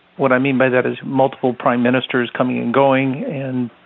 what i mean by that is multiple prime ministers coming and going and